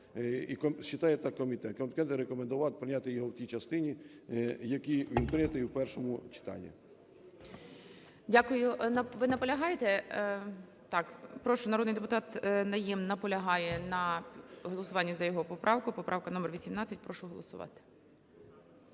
і считает так комітет. Комітет рекомендує прийняти його в тій частині, в якій він прийнятий у першому читанні. ГОЛОВУЮЧИЙ. Дякую. Ви наполягаєте? Так. Прошу, народний депутат Найєм наполягає на голосуванні за його поправку. Поправка номер 18. Прошу голосувати.